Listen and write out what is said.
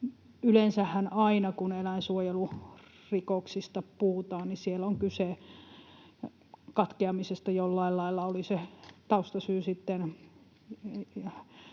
Yleensähän aina kun eläinsuojelurikoksista puhutaan, niin siellä on kyse katkeamisesta jollain lailla,